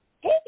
Hey